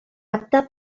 apta